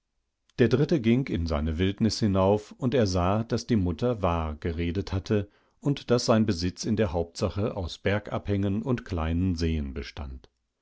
der dritte ging in seine wildnis hinauf und er sah daß die mutter wahr geredet hatte und daß sein besitz in der hauptsache aus bergabhängen und kleinen seen bestand